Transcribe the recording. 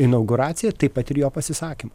inauguraciją taip pat ir jo pasisakymą